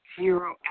zero